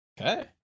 Okay